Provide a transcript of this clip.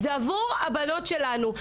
זה עבור הבנות שלנו.